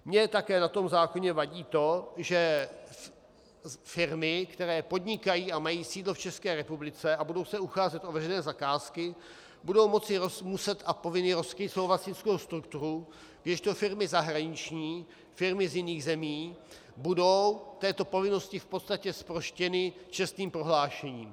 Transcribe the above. Mně také na tom zákoně vadí to, že firmy, které podnikají a mají sídlo v České republice a budou se ucházet o veřejné zakázky, budou moci a muset povinně rozkrýt svou vlastnickou strukturu, kdežto firmy zahraniční, firmy z jiných zemí, budou této povinnosti v podstatě zproštěny čestným prohlášením.